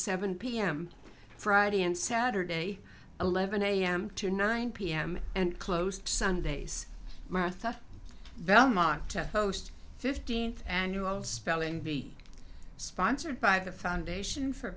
seven pm friday and saturday eleven am to nine pm and close sundays martha belmokhtar host fifteenth annual spelling bee sponsored by the foundation for